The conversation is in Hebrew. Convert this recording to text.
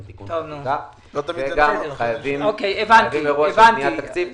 תיקון חקיקה וגם חייבים מראש לקבוע תקציב.